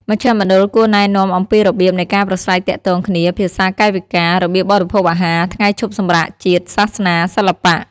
មជ្ឈមណ្ឌលគួរណែនាំអំពីរបៀបនៃការប្រាស្រ័យទាក់ទងគ្នា (ភាសាកាយវិការ) របៀបបរិភោគអាហារ ថ្ងៃឈប់សម្រាកជាតិ សាសនា សិល្បៈ។